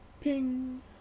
Ping